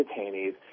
detainees